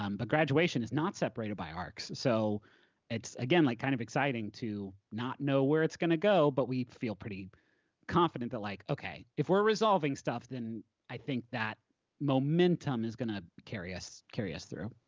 um but graduation is not separated by arcs. so it's, again, like kind of exciting to not know where it's gonna go, but feel pretty confident that like, okay, if we're resolving stuff, then i think that momentum is gonna carry us carry us through.